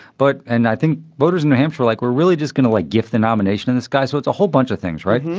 but. and i think voters in new hampshire, like we're really just going to like give the nomination to this guy. so it's a whole bunch of things, right?